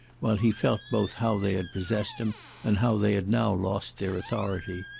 while he felt both how they had possessed him and how they had now lost their authority.